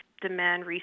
demand